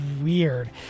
weird